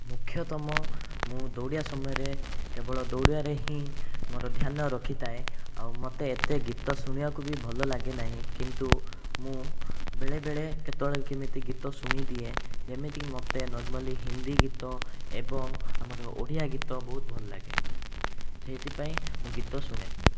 ମୁଖ୍ୟତଃ ମୁଁ ଦୌଡ଼ିବା ସମୟରେ କେବଳ ଦୌଡ଼ିବାରେ ହିଁ ମୋର ଧ୍ୟାନ ରଖିଥାଏ ଆଉ ମୋତେ ଏତେ ଗୀତ ଶୁଣିବାକୁ ବି ଭଲ ଲାଗେନାହିଁ କିନ୍ତୁ ମୁଁ ବେଳେବେଳେ କେତେବେଳେ କିମିତି ଗୀତ ଶୁଣିଦିଏ ଯେମିତିକି ମୋତେ ନର୍ମାଲି ହିନ୍ଦୀ ଗୀତ ଏବଂ ଆମର ଓଡ଼ିଆ ଗୀତ ବହୁତ ଭଲଲାଗେ ସେଇଥିପାଇଁ ମୁଁ ଗୀତ ଶୁଣେ